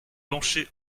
pencher